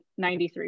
93%